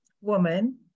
woman